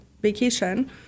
vacation